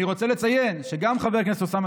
אני רוצה לציין שגם חבר הכנסת אוסאמה